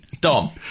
Dom